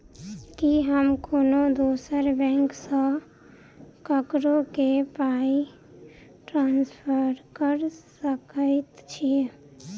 की हम कोनो दोसर बैंक सँ ककरो केँ पाई ट्रांसफर कर सकइत छि?